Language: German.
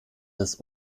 des